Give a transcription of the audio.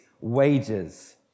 wages